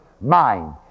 mind